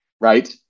Right